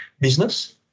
business